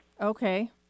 Okay